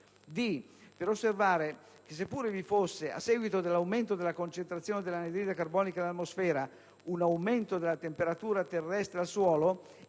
va osservato che, se pure vi fosse, a seguito dell'aumento della concentrazione dell'anidride carbonica nell'atmosfera, un aumento della temperatura terrestre al suolo,